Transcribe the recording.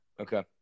Okay